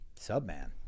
Subman